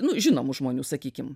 nu žinomų žmonių sakykim